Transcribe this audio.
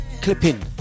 Clipping